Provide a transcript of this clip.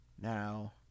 Now